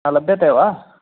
लभ्यते वा